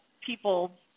people